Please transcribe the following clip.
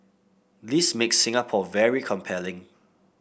this makes Singapore very compelling